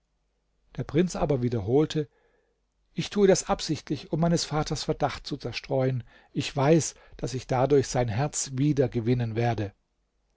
der prinz aber wiederholte ich tue das absichtlich um meines vaters verdacht zu zerstreuen ich weiß daß ich dadurch sein herz wieder gewinnen werde